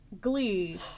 Glee